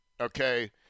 okay